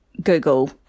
google